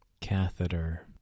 catheter